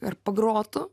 ar pagrotų